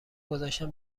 گذشتم